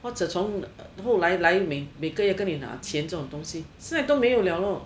或者从后来来每个月跟你拿钱这种东西现在都没有了 lor